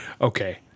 Okay